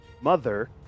Mother